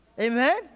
Amen